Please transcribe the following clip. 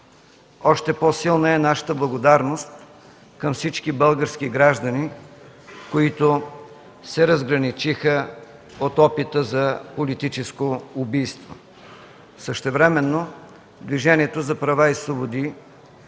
Още по-силна е нашата благодарност към всички български граждани, които се разграничиха от опита за политическо убийство. Същевременно Движението за права и свободи